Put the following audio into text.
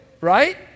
right